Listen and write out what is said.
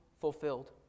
fulfilled